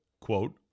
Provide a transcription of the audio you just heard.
quote